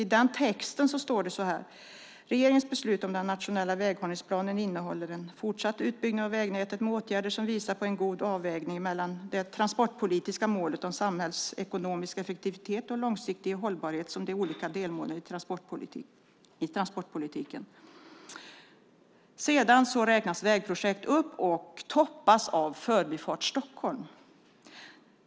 I den står följande: "Regeringens beslut om den nationella väghållningsplanen innebär en fortsatt utbyggnad av vägnätet med åtgärder som visar på en god avvägning mellan det transportpolitiska målet om samhällsekonomisk effektivitet och långsiktig hållbarhet samt de olika delmålen i transportpolitiken." Därefter räknas vägprojekten upp - och toppas av Förbifart Stockholm.